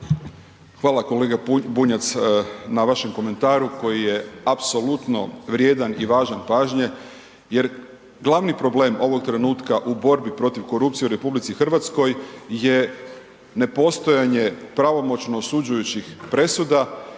Hvala kolega Bunjac na vašem komentaru koji je apsolutno vrijedan i važan pažnje jer glavni problem ovog trenutka u borbi protiv korupcije u RH je nepostojanje pravomoćno osuđujućih presuda